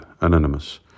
Anonymous